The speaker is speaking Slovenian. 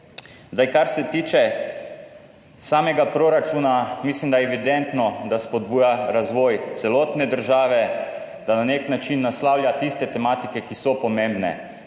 povem. Kar se tiče samega proračuna mislim, da je evidentno, da spodbuja razvoj celotne države, da na nek način naslavlja tiste tematike, ki so pomembne.